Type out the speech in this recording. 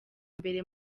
mbere